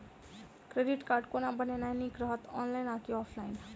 Credit card कोना बनेनाय नीक रहत? ऑनलाइन आ की ऑफलाइन?